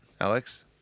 Alex